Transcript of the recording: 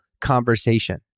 conversation